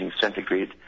centigrade